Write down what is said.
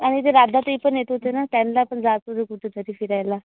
आणि ते राधाताई पण येत होते ना त्यांना पण जायचं होते कुठं तरी फिरायला